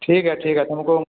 ठीक है ठीक है तुमको